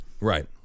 Right